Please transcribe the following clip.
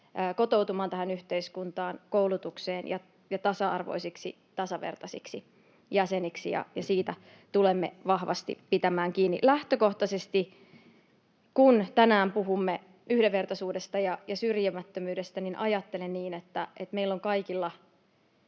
kotoutumaan tähän yhteiskuntaan, koulutukseen ja tasa-arvoisiksi, tasavertaisiksi jäseniksi. Siitä tulemme vahvasti pitämään kiinni. Lähtökohtaisesti, kun tänään puhumme yhdenvertaisuudesta ja syrjimättömyydestä, ajattelen niin, että meillä kaikilla